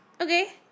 Okay